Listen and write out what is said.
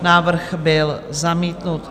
Návrh byl zamítnut.